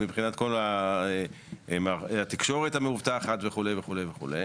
מבחינת כל התקשורת המאובטחת וכו' וכו' וכו',